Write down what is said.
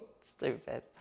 Stupid